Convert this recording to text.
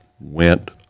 went